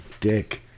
dick